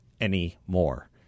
anymore